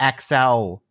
XL